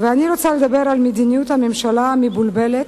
אני רוצה לדבר על מדיניות הממשלה המבולבלת